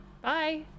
Bye